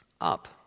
up